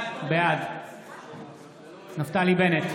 בעד נפתלי בנט,